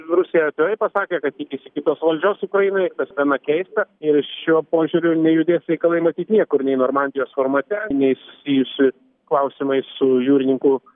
rusija atvirai pasakė kad tikisi kitos valdžios ukrainoje tas gana keista ir šiuo požiūriu nejudės reikalai matyt niekur nei normandijos formate nei susijusiu klausimai su jūrininkų